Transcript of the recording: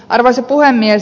arvoisa puhemies